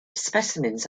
specimens